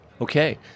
Okay